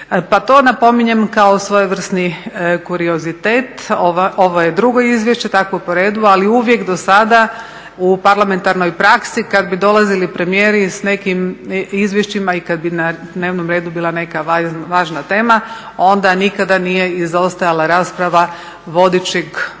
Pa to napominjem kao svojevrsni …, ovo je drugo izvješće takvo po redu, ali uvijek do sada u parlamentarnoj praksi kad bi dolazili premijeri s nekim izvješćima i kad bi na dnevnom redu bila neka važna tema, onda nikada nije izostajala rasprava vodećeg kluba,